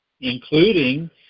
including